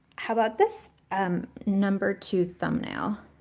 how about this, um, number two thumbnail?